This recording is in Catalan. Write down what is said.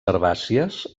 herbàcies